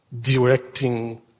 directing